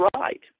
right